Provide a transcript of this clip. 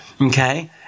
Okay